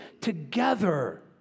together